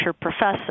professor